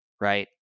right